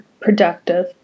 productive